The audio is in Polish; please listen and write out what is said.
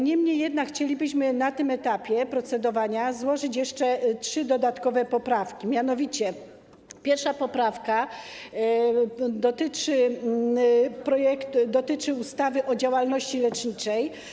Niemniej jednak chcielibyśmy na tym etapie procedowania złożyć jeszcze trzy dodatkowe poprawki, mianowicie 1. poprawka dotyczy ustawy o działalności leczniczej.